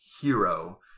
hero